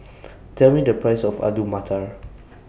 Tell Me The Price of Alu Matar